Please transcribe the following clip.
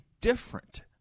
different